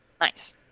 Nice